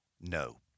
no